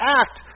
act